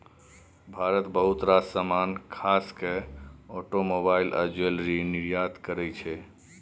भारत बहुत रास समान खास केँ आटोमोबाइल आ ज्वैलरी निर्यात करय छै